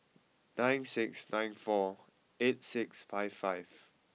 nine six nine four eight six five five